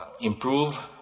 improve